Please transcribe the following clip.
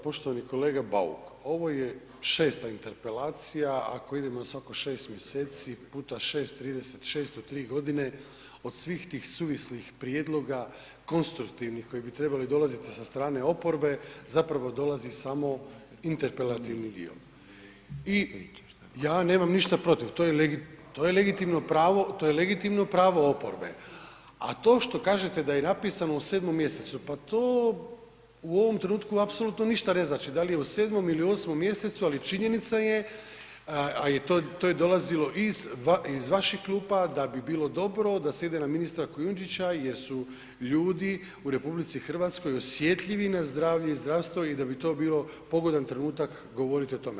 Poštovani kolega Bauk, ovo je 6.-ta interpelacija ako idemo na svako 6 mjeseci x 6, 36 u 3 godine, od svih tih suvislih prijedloga konstruktivnih koji bi trebali dolaziti sa strane oporbe zapravo dolazi samo interpelativni dio, i ja nemam ništa protiv, to je, to je legitimno pravo, to je legitimno pravo oporbe, a to što kažete da je napisano u 7, mjesecu, pa to u ovom trenutku apsolutno ništa ne znači da li je u 7. ili 8. mjesecu, ali činjenica je, a i to, to je dolazilo i iz, iz vaših klupa da bi bilo dobro da se ide na ministra Kujundžića jer su ljudi u RH osjetljivi na zdravlje i zdravstvo i da bi to bilo pogodan trenutak govoriti o tome.